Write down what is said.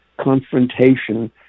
confrontation